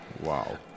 Wow